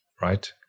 right